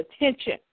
attention